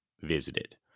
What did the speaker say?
visited